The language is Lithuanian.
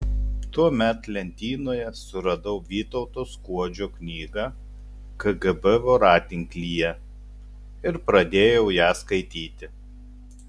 tuomet lentynoje suradau vytauto skuodžio knygą kgb voratinklyje ir pradėjau ją skaityti